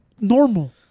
normal